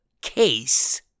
Case